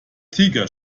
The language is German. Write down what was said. tiger